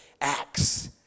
acts